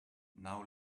now